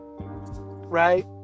right